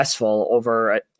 over